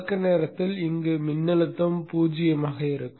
தொடக்க நேரத்தில் இங்கு மின்னழுத்தம் பூஜ்ஜியமாக இருக்கும்